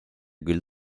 küll